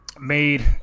made